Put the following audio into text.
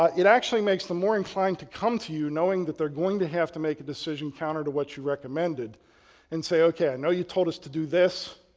ah it actually makes them more inclined to come to you knowing that they're going to have to make a decision countered to what you recommended and say ok. i know you told us to do this,